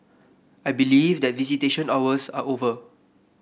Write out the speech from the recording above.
I believe that visitation hours are over